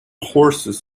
horses